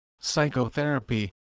psychotherapy